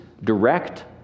direct